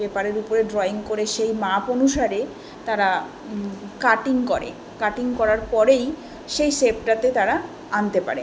পেপারের উপরে ড্রইং করে সেই মাপ অনুসারে তারা কাটিং করে কাটিং করার পরেই সেই শেপটাতে তারা আনতে পারে